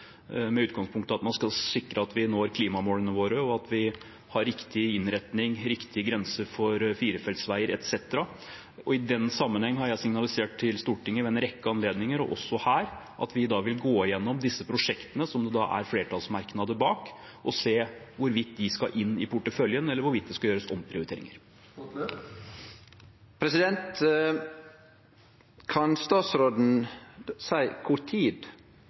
med utgangspunkt i at man skal sikre at vi når klimamålene våre og at vi har riktig innretning og riktig grense for firefeltsveier etc. I den sammenheng har jeg ved en rekke anledninger signalisert til Stortinget, og også her, at vi da vil gå igjennom disse prosjektene som det er flertallsmerknader bak, og se hvorvidt de skal inn i porteføljen, eller hvorvidt det skal gjøres omprioriteringer. Kan statsråden seie kva tid